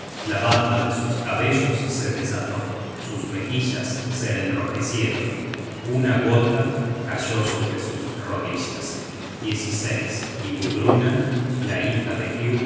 la banda de sus cabellos se desató sus mejillas se enrojecieron una gota cayó sobre sus rodillas y gudruna la hija de